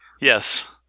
Yes